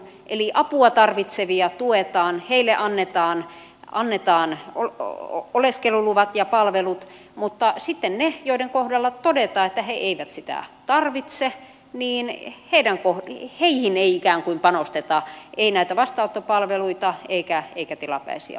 eli apua tarvitsevia tuetaan heille annetaan oleskeluluvat ja palvelut mutta sitten niihin joiden kohdalla todetaan että he eivät sitä tarvitse ei ikään kuin panosteta ei näitä vastaanottopalveluita eikä tilapäisiä oleskelulupia